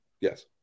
Yes